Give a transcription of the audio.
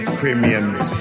premiums